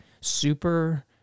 super